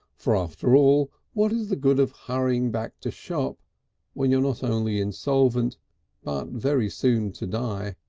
for after all what is the good of hurrying back to shop when you are not only insolvent but very soon to die?